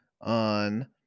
on